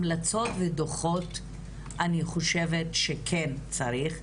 המלצות ודוחו"ת אני חושבת שכן צריך,